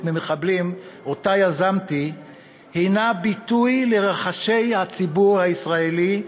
ממחבלים שיזמתי הנה ביטוי לרחשי לבו של הציבור הישראלי,